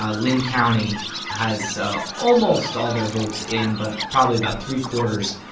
ah linn county has ah almost all their votes in but probably about three-quarters.